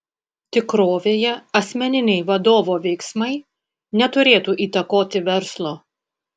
tikrovėje asmeniniai vadovo veiksmai neturėtų įtakoti verslo